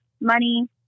money